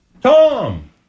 Tom